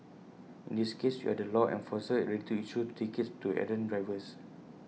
in this case you are the law enforcer ready to issue tickets to errant drivers